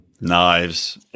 Knives